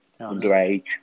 underage